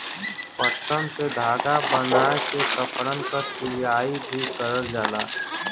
पटसन से धागा बनाय के कपड़न क सियाई भी करल जाला